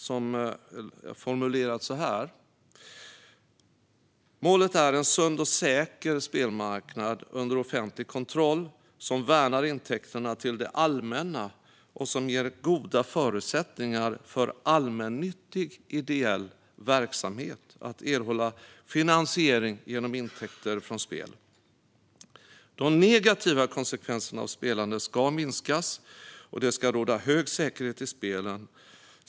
De är formulerade som att målet är en sund och säker spelmarknad under offentlig kontroll, som värnar intäkterna till det allmänna och som ger goda förutsättningar för allmännyttig ideell verksamhet att erhålla finansiering genom intäkter från spel. Vidare sägs att de negativa konsekvenserna av spelande ska minskas och att det ska råda hög säkerhet i spelen.